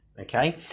Okay